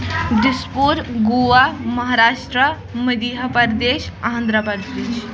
ڈِس پور گوا مہاراشٹرا مدِیہ پردیش آندھرا پردیش